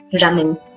running